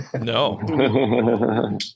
No